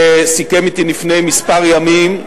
שסיכם אתי לפני כמה ימים,